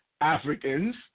Africans